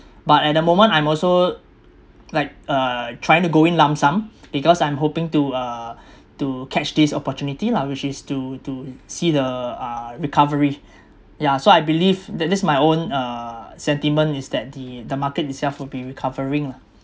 but at the moment I'm also like uh trying to go in lump sum because I'm hoping to uh to catch this opportunity lah which is to to see the uh recovery yeah so I believe that this my own uh sentiment is that the the market itself will be recovering lah